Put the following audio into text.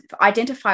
identify